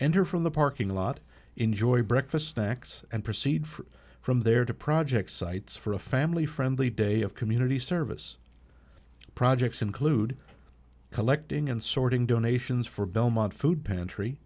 enter from the parking lot enjoy breakfast stacks and proceed from there to project sites for a family friendly day of community service projects include collecting and sorting donations for belmont food pantry